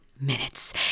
minutes